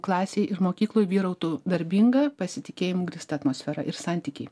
klasėj ir mokykloj vyrautų darbinga pasitikėjimu grįsta atmosfera ir santykiai